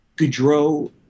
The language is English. Goudreau